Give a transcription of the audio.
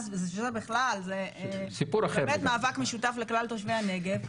שזה בכלל באמת מאבק משותף לכלל תושבי הנגב,